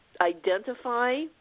identify